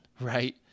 right